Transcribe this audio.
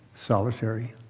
Solitary